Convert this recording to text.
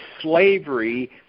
slavery